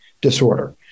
disorder